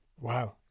Wow